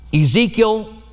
Ezekiel